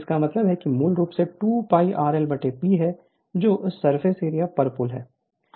इसका मतलब है मूल रूप से 2 π rl P है जो सरफेस एरिया पर पोल है